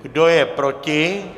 Kdo je proti?